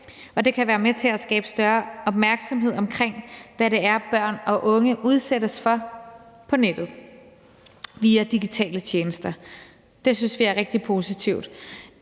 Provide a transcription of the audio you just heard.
det kan være med til at skabe større opmærksomhed omkring, hvad det er, børn og unge udsættes for på nettet via digitale tjenester. Det synes vi er rigtig positivt.